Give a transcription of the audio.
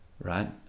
Right